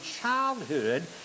childhood